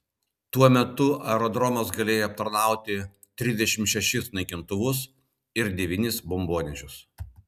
tuo metu aerodromas galėjo aptarnauti trisdešimt šešis naikintuvus ir devynis bombonešius